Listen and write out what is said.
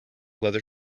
leather